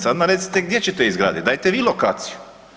Sad nam recite gdje ćete izgraditi, dajte vi lokaciju.